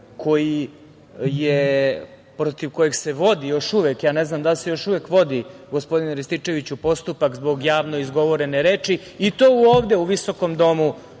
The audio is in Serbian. državi protiv kojeg se vodi još uvek, ne znam da li se još uvek vodi gospodine Rističeviću postupak zbog javno izgovorene reči i to ovde u ovom visokom Domu